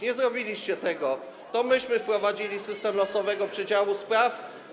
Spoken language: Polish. Nie zrobiliście tego - to myśmy wprowadzili system losowego przydziału spraw.